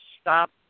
stop